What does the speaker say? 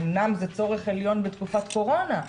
אמנם זה צורך עליון בתקופת קורונה,